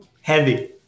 heavy